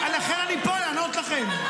לכן אני פה, לענות לכם.